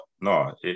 no